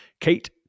Kate